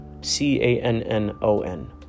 C-A-N-N-O-N